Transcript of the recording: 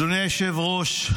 אדוני היושב-ראש,